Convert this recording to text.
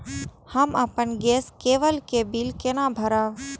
हम अपन गैस केवल के बिल केना भरब?